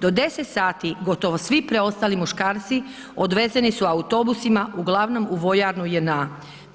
Do 10 sati gotovo svi preostali muškarci odvezeni su autobusima uglavnom u vojarnu JNA,